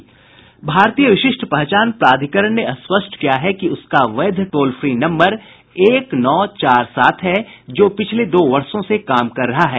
भारतीय विशिष्ट पहचान प्राधिकरण ने स्पष्ट किया है कि उसका वैध टोल फ्री नम्बर एक नौ चार सात है जो पिछले दो वर्षो से काम कर रहा है